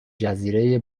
جزیره